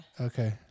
Okay